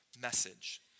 message